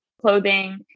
clothing